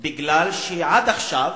כי עד עכשיו,